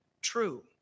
true